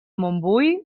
montbui